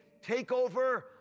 takeover